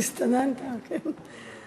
המסתננים לא ראו אותו.